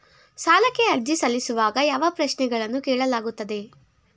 ಸಾಲಕ್ಕೆ ಅರ್ಜಿ ಸಲ್ಲಿಸುವಾಗ ಯಾವ ಪ್ರಶ್ನೆಗಳನ್ನು ಕೇಳಲಾಗುತ್ತದೆ?